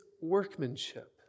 workmanship